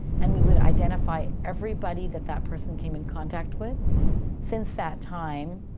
and we would identify everybody that that person came in contact with since that time,